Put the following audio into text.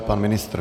Pan ministr.